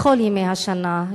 בכל ימי השנה,